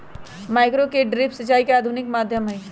micro और drip सिंचाई के आधुनिक माध्यम हई